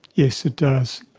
yes, it does.